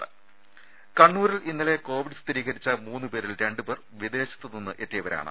രുമ കണ്ണൂരിൽ ഇന്നലെ കോവിസ് സ്ഥിരീകരിച്ച മൂന്നു പേരിൽ രണ്ടു പേർ വിദേശത്തു നിന്ന് എത്തിയവരാണ്